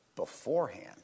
beforehand